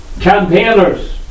campaigners